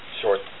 short